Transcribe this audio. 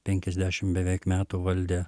penkiasdešimt beveik metų valdė